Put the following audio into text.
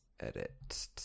Edit